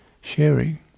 sharing